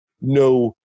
no